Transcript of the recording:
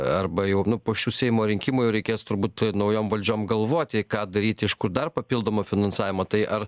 arba jau nu po šių seimo rinkimų jau reikės turbūt naujom valdžiom galvoti ką daryti iš kur dar papildomą finansavimą tai ar